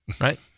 Right